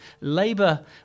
Labour